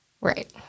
Right